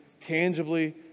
tangibly